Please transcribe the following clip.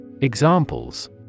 Examples